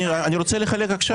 אני רוצה לחלק עכשיו.